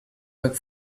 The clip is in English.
back